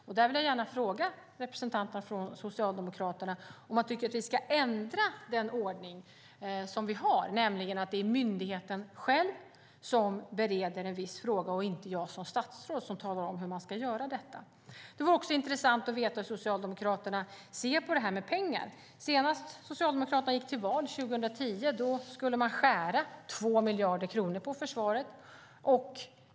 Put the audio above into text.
Jag vill gärna fråga representanterna från Socialdemokraterna om de tycker att vi ska ändra den ordning som vi har, nämligen att det är myndigheten själv som bereder en viss fråga och inte jag som statsråd som talar om hur man ska göra detta. Det vore också intressant att få veta hur Socialdemokraterna ser på det här med pengar. Senast Socialdemokraterna gick till val, 2010, skulle man skära 2 miljarder kronor på försvaret.